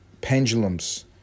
pendulums